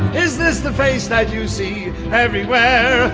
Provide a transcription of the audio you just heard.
is this the face that you see everywhere?